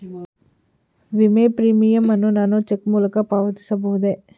ವಿಮೆ ಪ್ರೀಮಿಯಂ ಅನ್ನು ನಾನು ಚೆಕ್ ಮೂಲಕ ಪಾವತಿಸಬಹುದೇ?